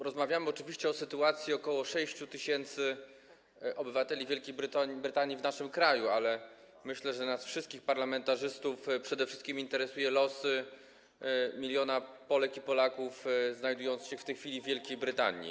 Rozmawiamy oczywiście o sytuacji dotyczącej ok. 6 tys. obywateli Wielkiej Brytanii w naszym kraju, ale myślę, że wszystkich parlamentarzystów przede wszystkim interesuje los 1 mln Polek i Polaków znajdujących się w tej chwili w Wielkiej Brytanii.